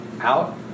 out